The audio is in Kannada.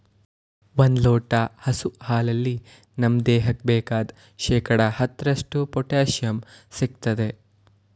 ಒಂದ್ ಲೋಟ ಹಸು ಹಾಲಲ್ಲಿ ನಮ್ ದೇಹಕ್ಕೆ ಬೇಕಾದ್ ಶೇಕಡಾ ಹತ್ತರಷ್ಟು ಪೊಟ್ಯಾಶಿಯಂ ಸಿಗ್ತದೆ